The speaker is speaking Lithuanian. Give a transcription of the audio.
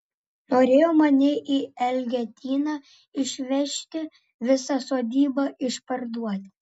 norėjo mane į elgetyną išvežti visą sodybą išparduoti